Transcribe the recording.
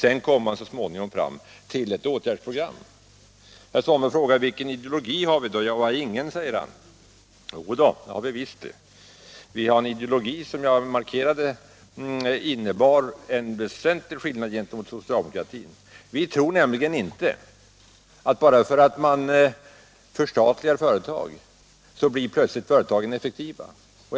Sedan kommer man så småningom fram till ett åtgärdsprogram. Herr Svanberg frågar vilken ideologi vi har. Vi har ingen, säger han. Jo, det har vi visst! Vi har en ideologi som jag markerade innebär en väsentlig skillnad gentemot socialdemokratin. Vi tror nämligen inte att företagen plötsligt blir effektiva bara för att man förstatligar dem.